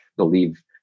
believe